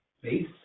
Base